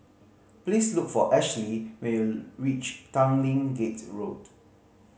please look for Ashlee when you reach Tanglin Gate Road